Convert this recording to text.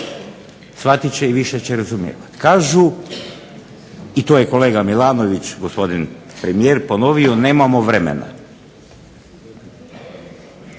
shvatiti će i više će razumijevati. Kažu i to je kolega Milanović, gospodin premijer ponovio, nemamo vremena.